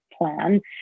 plan